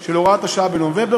של הוראת השעה בנובמבר,